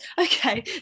okay